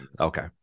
Okay